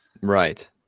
right